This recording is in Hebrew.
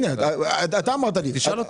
תשאל אותו,